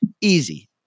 Easy